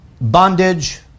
bondage